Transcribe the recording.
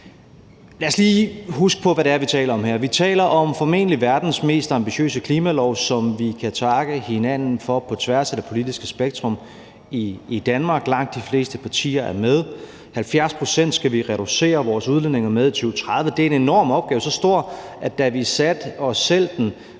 hvad det er, vi taler om her. Vi taler om verdens formentlig mest ambitiøse klimalov, som vi kan takke hinanden for på tværs af det politiske spektrum i Danmark. Langt de fleste partier er med. Vi skal reducere vores udledninger med 70 pct. i 2030. Det er en enorm opgave – den er så stor, at da vi stillede os selv den,